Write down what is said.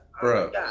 Bro